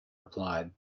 replied